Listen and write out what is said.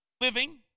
living